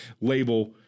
label